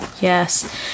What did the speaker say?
Yes